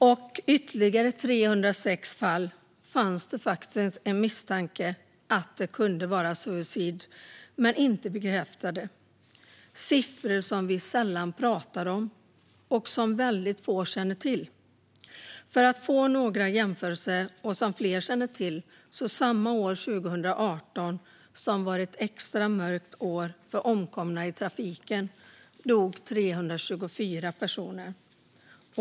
I ytterligare 306 fall fanns det en misstanke om att det kunde vara suicid, men det är inte bekräftat. Det är siffror som vi sällan talar om och som få känner till. Jag ska göra några jämförelser som fler känner till. Samma år, 2018, som var ett extra mörkt år när det gäller omkomna i trafiken dog 324 personer där.